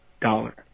dollar